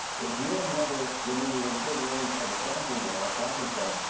if you are a mother living within a certain range of a fracking well or fracking sites,